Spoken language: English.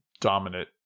dominant